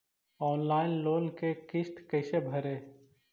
Online loan के किस्त कैसे भरे?